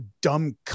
dumb